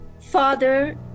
Father